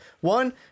One